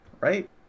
right